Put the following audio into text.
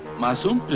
monsoon